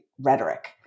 rhetoric